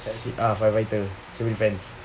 ah firefighter civil defense